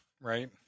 right